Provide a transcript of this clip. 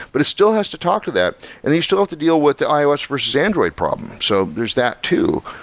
but it still has to talk to that and you still have to deal with the ios versus android problem. so there's that too.